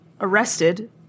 arrested